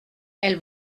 elle